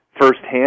firsthand